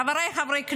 חבריי חברי הכנסת,